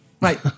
Right